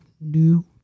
new